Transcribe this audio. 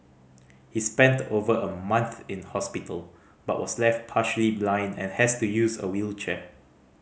he spent over a month in hospital but was left partially blind and has to use a wheelchair